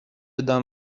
دام